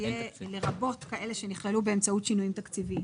לרבות כאלה שנכללו באמצעות שינויים תקציביים.